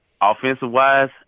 offensive-wise